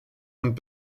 und